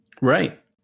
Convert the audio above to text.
Right